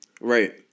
Right